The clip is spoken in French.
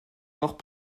mort